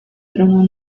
trono